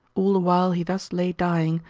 all the while he thus lay dying,